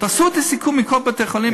תעשו את הסיכום מכל בתי-החולים,